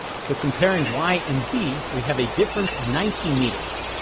so comparing y and z we have a difference of nineteen meters.